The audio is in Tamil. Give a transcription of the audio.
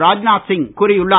ராஜ்நாத் சிங் கூறியுள்ளார்